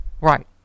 Right